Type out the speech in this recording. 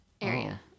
area